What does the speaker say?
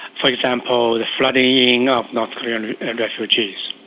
for example, the flooding of north korean refugees.